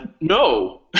No